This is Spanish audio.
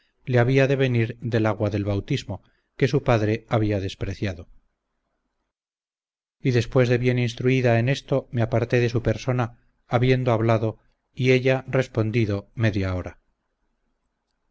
le había de venir del agua del bautismo que su padre había despreciado y después de bien instruida en esto me aparté de su persona habiendo hablado y ella respondido media hora